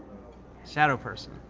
shadow person.